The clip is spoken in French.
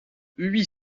huit